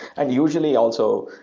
and usually, also,